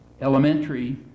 elementary